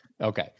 Okay